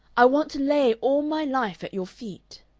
i want to lay all my life at your feet.